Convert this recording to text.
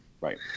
Right